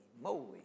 moly